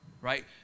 right